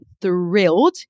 thrilled